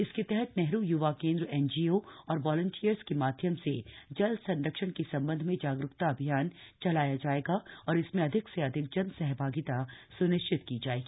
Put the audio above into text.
इसके तहत नेहरू युवा केन्द्र एनजीओ और वालंटियर्स के माध्यम से जल संरक्षण के संबंध में जागरूकता अभियान चलाया जाएगा और इसमें अधिक से अधिक जन सहभागिता स्निश्चित की जायेगी